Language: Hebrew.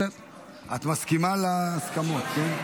את מסכימה להסכמות, כן?